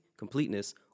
completeness